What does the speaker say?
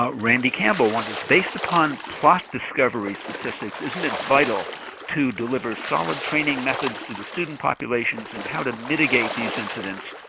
ah randy campbell wonders based upon plot discovery statistics, isn't it vital to deliver solid training methods to the student populations and how to mitigate these incidents,